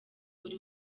buri